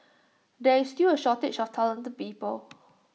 there is still A shortage of talented people